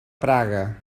praga